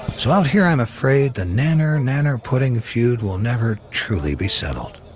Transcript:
so out here i'm afraid, the nanner nanner pudding feud will never truly be settled.